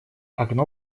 окно